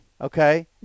Okay